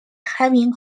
having